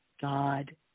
God